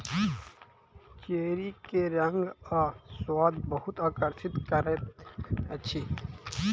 cherry के रंग आ स्वाद बहुत आकर्षित करैत अछि